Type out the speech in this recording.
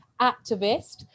activist